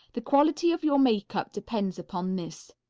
the quality of your makeup depends upon this.